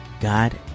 God